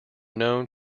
known